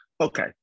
okay